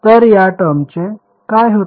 तर या टर्मचे काय होते